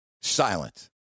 silent